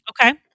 okay